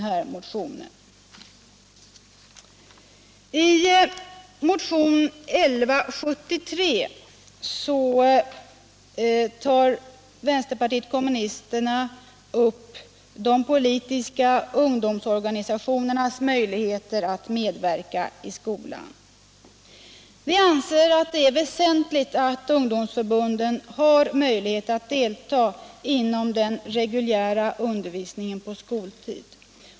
I motionen 1976/77:1173 tar vänsterpartiet kommunisterna upp de politiska ungdomsorganisationernas möjligheter att medverka i skolorna. Vi anser det väsentligt att ungdomsförbunden har möjlighet att delta inom den reguljära undervisningen på skoltid.